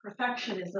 perfectionism